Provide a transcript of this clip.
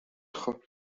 خوب